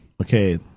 Okay